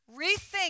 Rethink